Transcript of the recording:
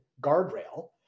guardrail